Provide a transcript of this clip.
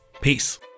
Peace